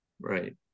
right